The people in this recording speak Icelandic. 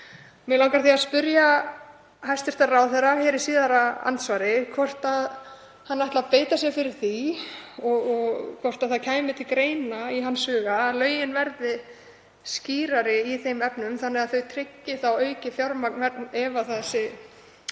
Mig langar því að spyrja hæstv. ráðherra í síðara andsvari hvort hann ætli að beita sér fyrir því, hvort það komi til greina í hans huga, að lögin verði skýrari í þeim efnum þannig að þau tryggi aukið fjármagn ef niðurstaðan